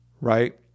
right